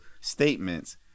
statements